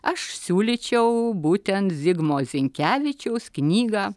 aš siūlyčiau būtent zigmo zinkevičiaus knygą